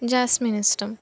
jasmine ఇష్టం